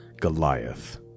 Goliath